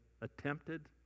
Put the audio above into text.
attempted